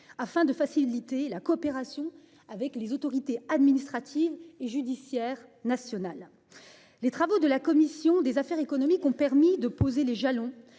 afin de faciliter la coopération avec les autorités administratives et judiciaires nationales. Les travaux de la commission des affaires économiques ont permis de poser les jalons